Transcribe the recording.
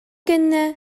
кэннэ